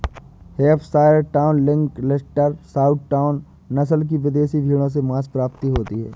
Hampshire Down, Lincoln, Leicester, Southdown, नस्ल की विदेशी भेंड़ों से माँस प्राप्ति होती है